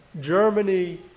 Germany